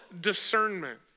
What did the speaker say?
discernment